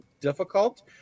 difficult